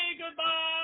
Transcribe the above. goodbye